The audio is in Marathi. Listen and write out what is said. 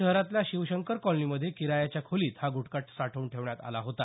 शहरातल्या शिवशंकर कॉलनीमध्ये किरायाच्या खोलीत हा ग्रटखा साठवून ठेवण्यात आला होता